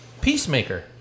Peacemaker